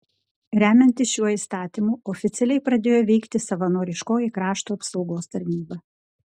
remiantis šiuo įstatymu oficialiai pradėjo veikti savanoriškoji krašto apsaugos tarnyba